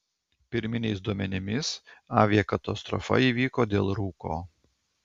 pirminiais duomenimis aviakatastrofa įvyko dėl rūko